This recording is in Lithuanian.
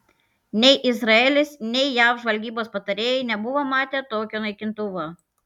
nei izraelis nei jav žvalgybos patarėjai nebuvo matę tokio naikintuvo